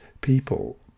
people